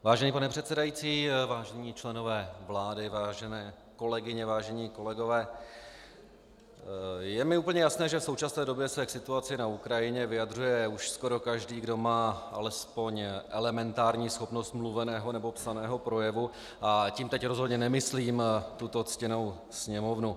Vážený pane předsedající, vážení členové vlády, vážené kolegyně, vážení kolegové, je mi úplně jasné, že v současné době se k situaci na Ukrajině vyjadřuje už skoro každý, kdo má alespoň elementární schopnost mluveného nebo psaného projevu, a tím teď rozhodně nemyslím tuto ctěnou Sněmovnu.